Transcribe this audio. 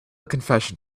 confession